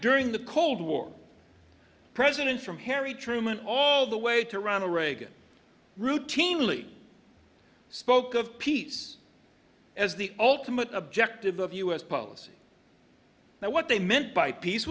during the cold war presidents from harry truman all the way to ronald reagan routinely spoke of peace as the ultimate objective of u s policy now what they meant by peace